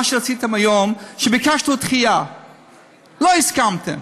מה שעשיתם היום זה שביקשנו דחייה ולא הסכמתם.